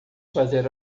fazer